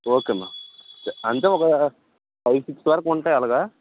okay ma'am అంటే ఒక five six వరకు ఉంటాయి అలాగా